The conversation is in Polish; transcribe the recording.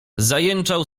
zajęczał